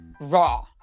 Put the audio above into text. Raw